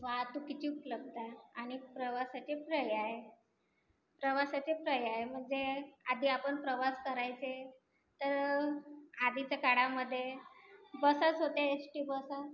वाहतुकीची उपलब्धता आणि प्रवासाचे पर्याय प्रवासाचे पर्याय म्हणजे आधी आपण प्रवास करायचे तर आधीच्या काळामध्ये बसच होत्या एश्टी बसा